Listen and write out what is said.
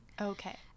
Okay